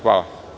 Hvala.